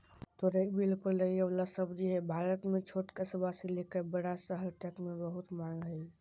तोरई बेल पर लगे वला सब्जी हई, भारत में छोट कस्बा से लेकर बड़ा शहर तक मे बहुत मांग हई